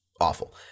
awful